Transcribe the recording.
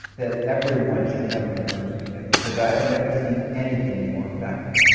that everyone should have in their emergency kit because i've never seen anything more effective.